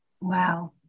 Wow